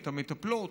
את המטפלות,